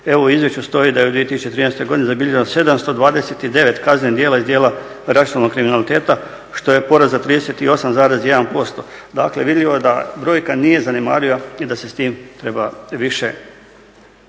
Evo u izvješću stoji da je u 2013. godini zabilježeno 729 kaznenih djela iz djela računalnog kriminaliteta što je porast za 38,1%. Dakle vidljivo da brojka nije zanemariva i da se sa time treba više